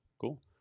cool